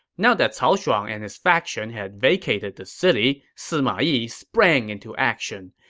now that cao shuang and his faction had vacated the city, sima yi sprang into action.